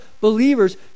believers